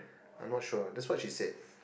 I'm not sure that's what she said